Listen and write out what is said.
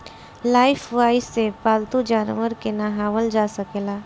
Lifebuoy से पाल्तू जानवर के नेहावल जा सकेला